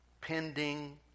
pending